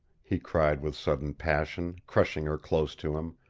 he cried with sudden passion, crushing her close to him.